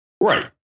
Right